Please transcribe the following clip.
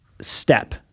step